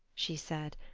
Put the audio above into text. she said,